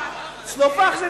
מה זה צלופח?